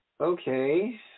Okay